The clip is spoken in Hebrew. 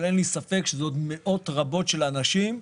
אבל אין לי ספק שמדובר בעוד מאות רבות של אנשים.